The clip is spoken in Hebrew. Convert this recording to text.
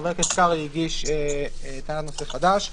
חבר הכנסת קרעי הגיש טענת נושא חדש.